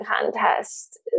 contest